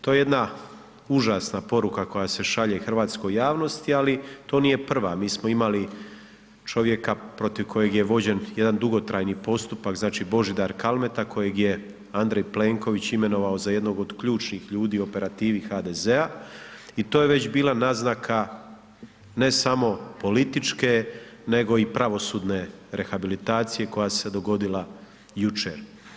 jedna užasna poruka koja se šalje hrvatskoj javnosti, ali to nije prva, mi smo imali čovjeka protiv kojeg je vođen jedan dugotrajni postupak, znači Božidar Kaleta kojeg je Andrej Plenković imenovano za jednog od ključnih ljudi u operativi HDZ-a i to je već bila naznaka ne samo političke nego i pravosudne rehabilitacije koja se dogodila jučer.